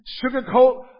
sugarcoat